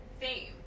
fame